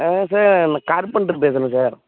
ஆ sir நான் carpenter பேசுறேன் sir